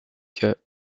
que